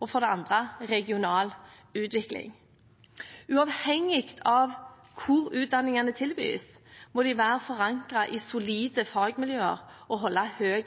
og for det andre regional utvikling. Uavhengig av hvor utdanningene tilbys, må de være forankret i solide fagmiljøer og holde høy